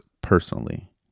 personally